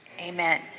Amen